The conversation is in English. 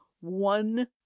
one